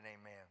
amen